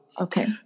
Okay